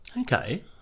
Okay